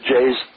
Jay's